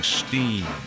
steam